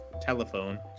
telephone